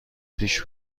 پیش